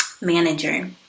manager